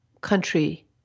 country